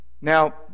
Now